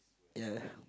ya